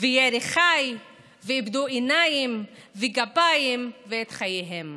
וירי חי ואיבדו עיניים וגפיים ואת חייהם.